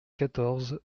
quatorze